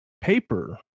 paper